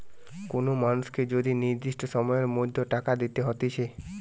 কোন মানুষকে যদি নির্দিষ্ট সময়ের মধ্যে টাকা দিতে হতিছে